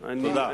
תודה.